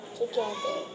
together